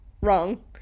Wrong